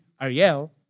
Ariel